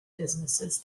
businesses